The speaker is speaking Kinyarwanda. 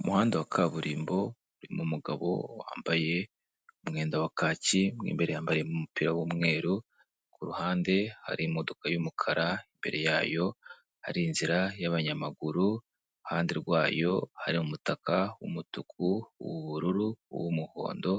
Umuhanda wa kaburimbo urimo umugabo wambaye umwenda wa kacyi, mo imbere yambariyemo umupira w'umweru, ku ruhande harimo y'umukara, imbere yayo hari inzira y'abanyamaguru, iruhande rwayo hari umutaka w'umutuku, uw'ubururu, uw'umuhondo,